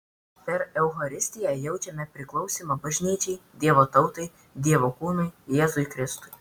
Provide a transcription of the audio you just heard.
per eucharistiją jaučiame priklausymą bažnyčiai dievo tautai dievo kūnui jėzui kristui